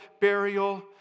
burial